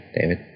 David